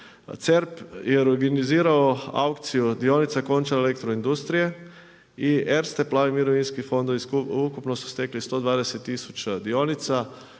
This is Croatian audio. CERP je reorganizirao aukciju dionica Končar Elektro industrije i Erste plavi mirovinski fondovi ukupno su stekli 120000 dionica